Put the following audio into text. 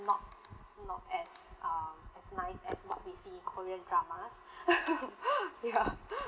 not not as uh as nice as what we see in korean dramas ya